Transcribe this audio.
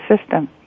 system